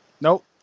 Nope